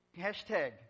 hashtag